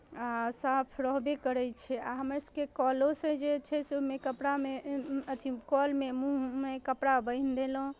आ साफ रहबे करै छै आ हमरसभके कलोसँ जे छै से ओहिमे कपड़ामे अथि कलमे मूँहमे कपड़ा बान्हि देलहुँ